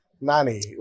Nani